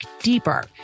deeper